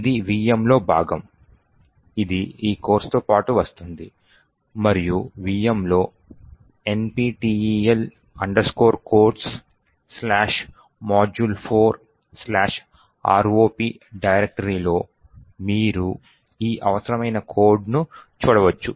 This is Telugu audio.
ఇది VMలో భాగం ఇది ఈ కోర్సుతో పాటు వస్తుంది మరియు VMలో nptel codesmodule4ROP డైరెక్టరీలో మీరు ఈ అవసరమైన కోడ్ను చూడవచ్చు